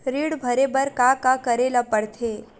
ऋण भरे बर का का करे ला परथे?